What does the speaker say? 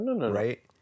right